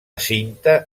cinta